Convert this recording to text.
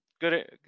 good